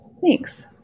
Thanks